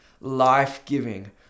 life-giving